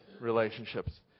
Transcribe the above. relationships